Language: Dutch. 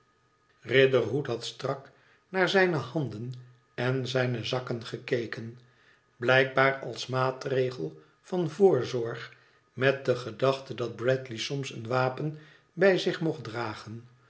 riderhood had strak naar zijne handen en zijne zakken gekeken blijkbaar als maatregel van voorzorg met de gedachte dat bradley soms een wapen bij zich mocht dragen